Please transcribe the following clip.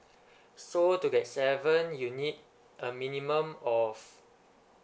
so to get seven you need a minimum of